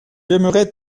aimerais